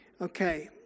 Okay